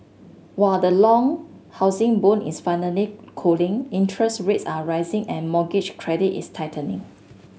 while the long housing boom is finally cooling interest rates are rising and mortgage credit is tightening